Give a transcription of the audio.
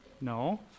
No